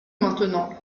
maintenant